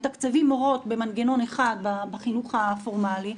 מתקצבים מורות במנגנון אחד בחינוך הפורמלי,